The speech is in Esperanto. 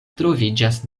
troviĝas